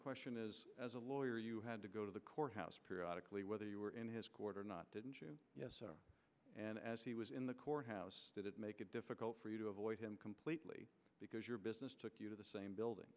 question is as a lawyer you had to go to the courthouse periodically whether you were in his court or not didn't you and as he was in the courthouse did it make it difficult for you to avoid him completely because your business took you to the same building